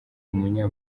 umunya